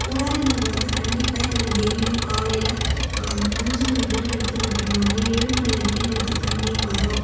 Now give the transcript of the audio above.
குழாய் நீர் வந்து கண்டிப்பாக எங்களுக்கு டெய்லியும் காலையில் அஞ்சு மணிக்கெல்லாம் எடுத்து விட்டுடுறாங்க ஏழு மணி வரைக்கும் எங்களுக்கு தண்ணி வரும்